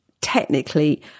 technically